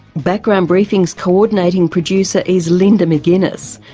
background briefing's co-ordinating producer is linda mcginness.